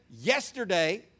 yesterday